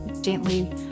gently